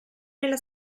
nella